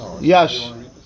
Yes